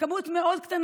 מספר מאוד קטן